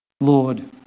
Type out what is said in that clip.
Lord